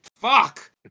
Fuck